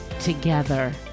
together